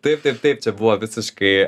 taip taip taip čia buvo visiškai